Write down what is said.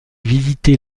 visiter